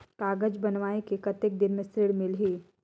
कागज बनवाय के कतेक दिन मे ऋण मिलही?